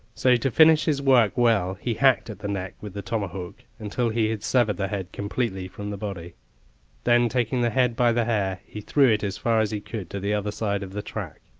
so to finish his work well, he hacked at the neck with the tomahawk until he had severed the head completely from the body then taking the head by the hair, he threw it as far as he could to the other side of the track.